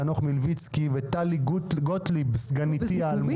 חנוך מלביצקי וטלי גוטליב סגניתי האלמותית.